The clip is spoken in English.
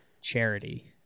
charity